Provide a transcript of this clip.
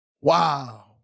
Wow